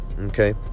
okay